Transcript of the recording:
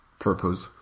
purpose